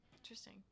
Interesting